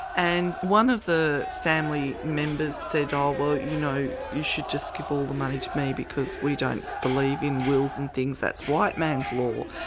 and one of the family members said, oh well, you know, you should just give all the money to me because we don't believe in wills and things, that's white man's law.